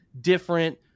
different